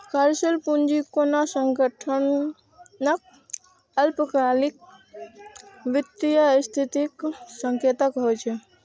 कार्यशील पूंजी कोनो संगठनक अल्पकालिक वित्तीय स्थितिक संकेतक होइ छै